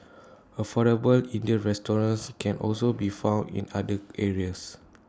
affordable Indian restaurants can also be found in other areas